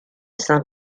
saint